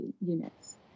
units